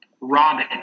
Robin